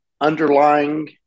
underlying